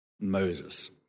Moses